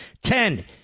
Ten